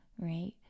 right